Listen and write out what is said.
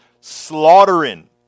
slaughtering